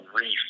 Reef